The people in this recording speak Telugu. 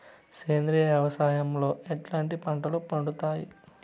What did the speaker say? సేంద్రియ వ్యవసాయం లో ఎట్లాంటి పంటలు పండుతాయి